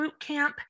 bootcamp